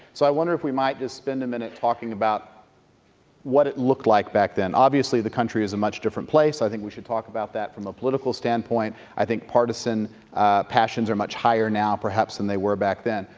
so i wonder if we might just spend a minute talking about what it looked like back then. obviously the country is a much different place. i think we should talk about that from a political standpoint. i think partisan passions are much higher now, perhaps perhaps, than they were back then.